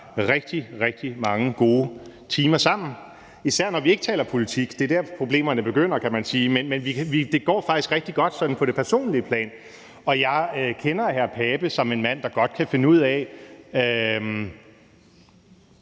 rigtig, rigtig mange gode timer sammen, især når vi ikke taler politik. Det er der, problemerne begynder, kan man sige. Men det går faktisk rigtig godt sådan på det personlige plan. Jeg kender jo hr. Søren Pape Poulsen som en mand, der godt kan finde ud af det